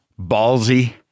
ballsy